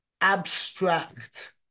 abstract